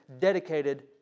dedicated